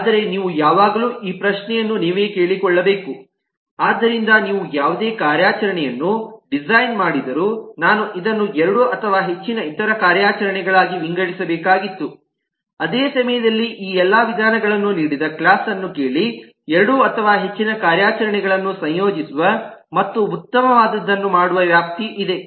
ಆದರೆ ನೀವು ಯಾವಾಗಲೂ ಈ ಪ್ರಶ್ನೆಯನ್ನು ನೀವೇ ಕೇಳಿಕೊಳ್ಳಬೇಕು ಆದ್ದರಿಂದ ನೀವು ಯಾವುದೇ ಕಾರ್ಯಾಚರಣೆಯನ್ನು ಡಿಸೈನ್ ಮಾಡಿದರು ನಾನು ಇದನ್ನು ಎರಡು ಅಥವಾ ಹೆಚ್ಚಿನ ಇತರ ಕಾರ್ಯಾಚರಣೆಗಳಾಗಿ ವಿಂಗಡಿಸಬೇಕಾಗಿತ್ತು ಅದೇ ಸಮಯದಲ್ಲಿ ಈ ಎಲ್ಲಾ ವಿಧಾನಗಳನ್ನು ನೀಡಿದ ಕ್ಲಾಸ್ ಅನ್ನು ಕೇಳಿ ಎರಡು ಅಥವಾ ಹೆಚ್ಚಿನ ಕಾರ್ಯಾಚರಣೆಗಳನ್ನು ಸಂಯೋಜಿಸುವ ಮತ್ತು ಉತ್ತಮವಾದದ್ದನ್ನು ಮಾಡುವ ವ್ಯಾಪ್ತಿ ಇದೆ